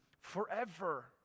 forever